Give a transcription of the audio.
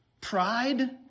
pride